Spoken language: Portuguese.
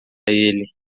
ele